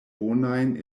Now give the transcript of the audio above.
bonajn